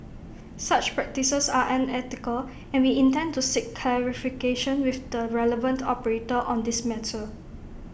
such practices are unethical and we intend to seek clarification with the relevant operator on this matter